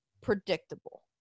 predictable